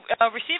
receive